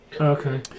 Okay